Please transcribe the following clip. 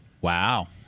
Wow